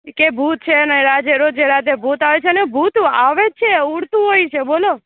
કે ભૂત છે ને આજે રોજે રાતે ભૂત આવે છે ને ભૂત આવે જ છે ઉડતું હોય છે બોલો